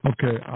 Okay